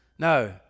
No